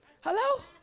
Hello